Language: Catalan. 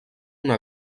una